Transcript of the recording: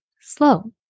slow